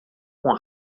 com